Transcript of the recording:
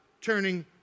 turning